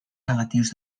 negatius